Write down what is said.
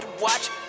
watch